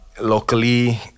Locally